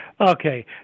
Okay